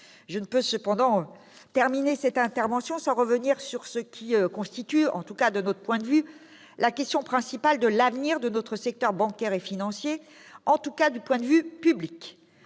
Je ne peux cependant terminer cette intervention sans revenir sur ce qui constitue, selon nous, la question principale de l'avenir de notre secteur bancaire et financier, en tout cas du point de vue du public.